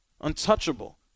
untouchable